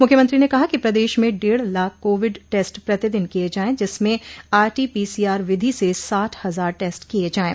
मुख्यमंत्री ने कहा कि प्रदेश में डेढ़ लाख कोविड टेस्ट प्रतिदिन किये जायें जिसमें आरटीपीसीआर विधि से साठ हजार टेस्ट किये जायें